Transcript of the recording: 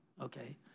okay